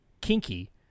kinky